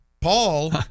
Paul